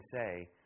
say